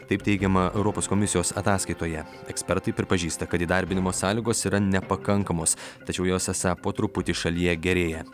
taip teigiama europos komisijos ataskaitoje ekspertai pripažįsta kad įdarbinimo sąlygos yra nepakankamos tačiau jos esą po truputį šalyje gerėja